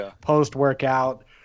post-workout